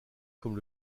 comme